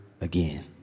again